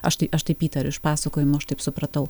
aš tai aš taip įtariu iš pasakojimo aš taip supratau